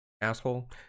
asshole